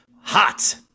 hot